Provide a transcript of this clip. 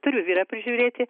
turiu vyrą prižiūrėti